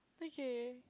okay